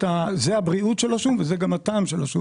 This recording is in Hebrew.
זה מה שטוב לבריאות, זה מה שמוסיף את הטעם לשום.